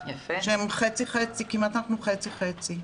אנחנו כמעט חצי-חצי.